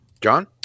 John